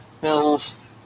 bills